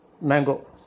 Mango